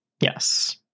Yes